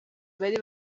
bari